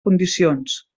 condicions